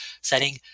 setting